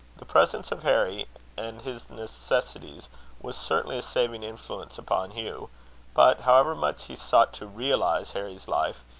the presence of harry and his necessities was certainly a saving influence upon hugh but, however much he sought to realize harry's life,